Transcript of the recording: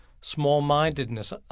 small-mindedness